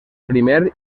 primer